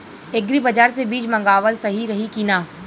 Agri बाज़ार से बीज मंगावल सही रही की ना?